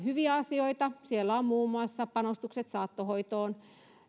hyviä asioita siellä on muun muassa panostukset saattohoitoon